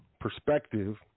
perspective